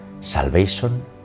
salvation